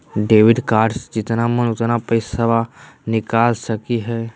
Debit कार्डबा से जितना मन उतना पेसबा निकाल सकी हय?